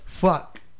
Fuck